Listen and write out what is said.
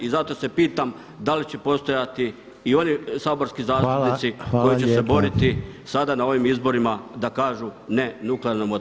I zato se pitam, da li će postojati i oni [[Upadica Reiner: Hvala.]] saborski zastupnici koji će se boriti sada na ovim izborima da kažu ne nuklearnom otpadu.